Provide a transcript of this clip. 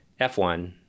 F1